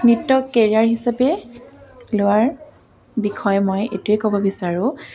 নৃত্য কেৰিয়াৰ হিচাপে লোৱাৰ বিষয় মই এইটোৱেই ক'ব বিচাৰোঁ